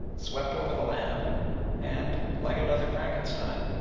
swept over the land and, like another frankenstein,